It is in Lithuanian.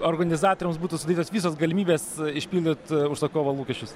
organizatoriams būtų sudarytos visos galimybės išpildyt užsakovo lūkesčius